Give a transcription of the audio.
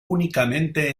únicamente